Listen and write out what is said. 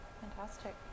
Fantastic